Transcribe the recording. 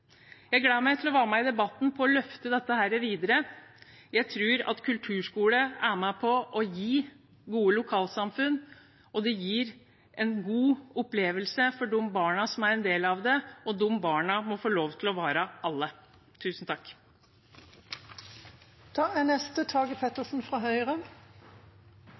meg til å være med i debatten og til å løfte dette videre. Jeg tror at kulturskolen er med på å gi gode lokalsamfunn. Det gir også en god opplevelse for de barna som er en del av det – og det må være alle barna. La meg også starte med å takke for muligheten til å